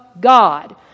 God